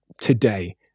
today